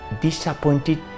disappointed